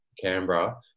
Canberra